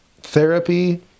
therapy